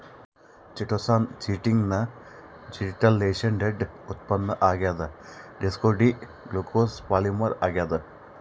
chitosan chitin ನ deacetylated ಉತ್ಪನ್ನ ಆಗ್ಯದ ಡಿಯೋಕ್ಸಿ ಡಿ ಗ್ಲೂಕೋಸ್ನ ಪಾಲಿಮರ್ ಆಗ್ಯಾದ